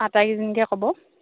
আটাইকেইজনীকে ক'ব